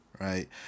right